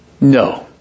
no